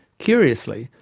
curiously,